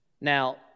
Now